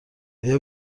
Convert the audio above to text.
آیا